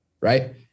right